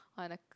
on the